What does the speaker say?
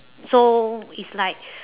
so it's like